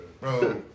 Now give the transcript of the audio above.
bro